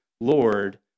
Lord